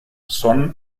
son